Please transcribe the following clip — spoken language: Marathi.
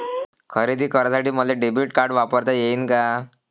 खरेदी करासाठी मले डेबिट कार्ड वापरता येईन का?